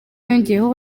yongeyeho